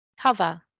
cover